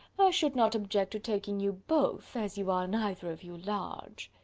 should not object to taking you both, as you are neither of you large.